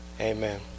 Amen